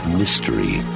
mystery